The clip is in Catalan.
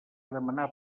demanar